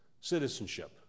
citizenship